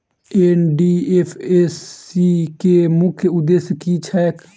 NDFSC केँ मुख्य उद्देश्य की छैक?